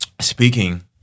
speaking